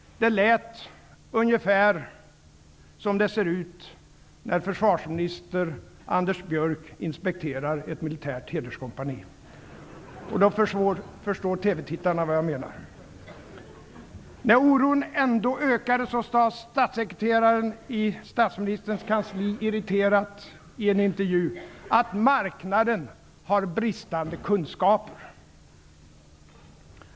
Det lät ungefär som när försvarsminister Anders Björk inspekterar ett militärt hederskompani. Då förstår TV-tittarna vad jag menar. När oron ändå ökade sade statssekreteraren i statsministerns kansli irriterat i en intervju att marknaden har bristande kunskaper.